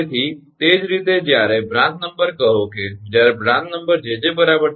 તેથી તે જ રીતે જ્યારે બ્રાંચ નંબર કહો કે જ્યારે બ્રાંચ નંબર 𝑗𝑗 3 છે બરાબર